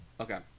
Okay